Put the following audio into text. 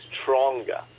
stronger